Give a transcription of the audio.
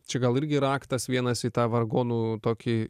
čia gal irgi raktas vienas į tą vargonų tokį